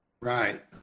Right